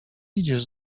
idziesz